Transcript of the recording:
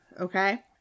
Okay